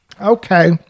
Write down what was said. Okay